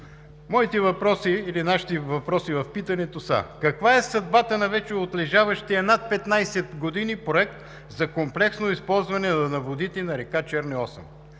Нито един! Нашите въпроси в питането са: каква е съдбата на отлежаващия вече над 15 години Проект за комплексно използване на водите на река Черни Осъм?